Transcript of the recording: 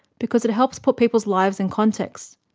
because it helps put people's lives in context,